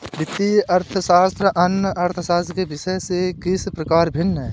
वित्तीय अर्थशास्त्र अन्य अर्थशास्त्र के विषयों से किस प्रकार भिन्न है?